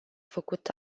făcut